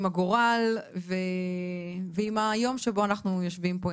עם הגורל ועם היום הזה שבו אנחנו יושבים פה,